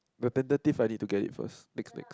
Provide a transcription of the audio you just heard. but tentative I need to get it first next next